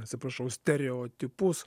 atsiprašau stereotipus